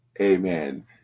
Amen